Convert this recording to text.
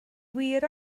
wir